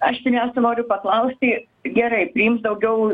aš pirmiausia noriu paklausti gerai priims daugiau